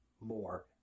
more